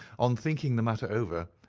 on thinking the matter over,